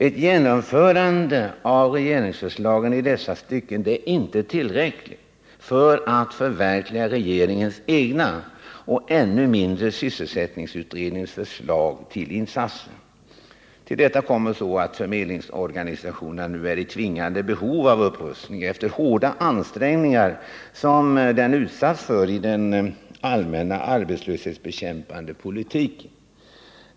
Ett genomförande av regeringsförslagen i dessa stycken är inte tillräckligt för att förverkliga regeringens egna, och ännu mindre sysselsättningsutredningens, förslag till insatser. Till detta kommer så att förmedlingsorganisationerna nu är i tvingande behov av upprustning efter de hårda ansträngningar som de utsatts för i den allmänna arbetslöshetsbekämpande politiken.